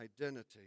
identity